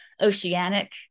oceanic